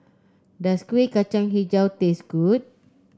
does Kuih Kacang hijau taste good